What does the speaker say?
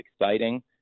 exciting